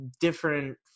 different